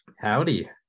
Howdy